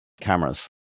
cameras